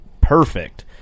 perfect